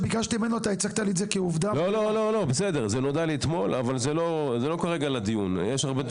זה נודע לי אתמול, אבל זה לא לדיון כרגע.